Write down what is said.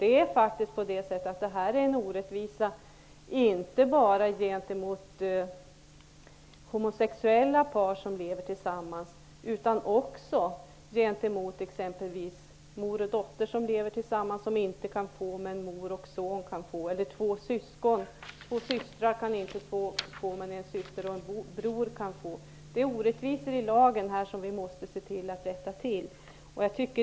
Det här är faktiskt en orättvisa inte bara gentemot homosexuella som lever tillsammans utan också gentemot exempelvis mor och dotter som lever tillsammans. Dessa kan inte få bidrag. Däremot kan mor och son i samma hushåll få bidrag. Två systrar kan heller inte få bidrag. Men en syster och en bror kan få bidrag. Det finns alltså orättvisor i lagen i det här sammanhanget. Vi måste se till att vi rättar till detta.